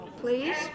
please